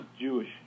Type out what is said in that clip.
Jewish